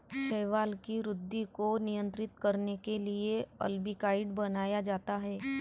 शैवाल की वृद्धि को नियंत्रित करने के लिए अल्बिकाइड बनाया जाता है